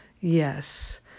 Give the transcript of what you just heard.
Yes